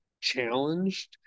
challenged